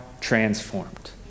transformed